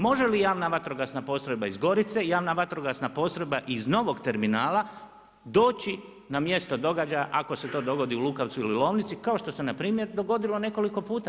Može li javna vatrogasna postrojba i javna vatrogasna postrojba iz novog terminala doći na mjesto događaja ako se to dogodi u Lukavcu ili Lomnici, kao što se npr. dogodilo nekoliko puta.